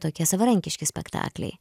tokie savarankiški spektakliai